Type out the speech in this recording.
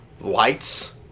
lights